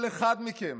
כל אחד מכם